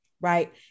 right